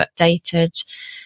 updated